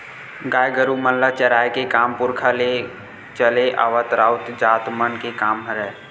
गाय गरु मन ल चराए के काम पुरखा ले चले आवत राउत जात मन के काम हरय